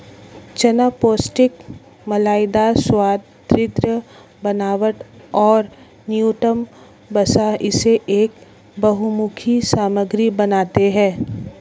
चना पौष्टिक मलाईदार स्वाद, दृढ़ बनावट और न्यूनतम वसा इसे एक बहुमुखी सामग्री बनाते है